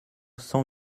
cent